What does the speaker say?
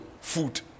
food